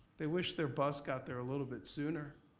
they wish their bus got there a little bit sooner.